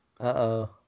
Uh-oh